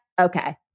Okay